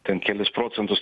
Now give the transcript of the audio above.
ten kelis procentus